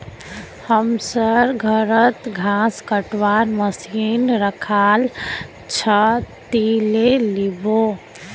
हमसर घरत घास कटवार मशीन रखाल छ, ती ले लिबो